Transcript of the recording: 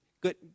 good